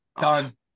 Done